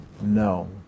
No